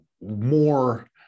more